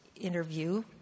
interview